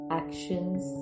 actions